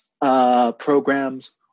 programs